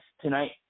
tonight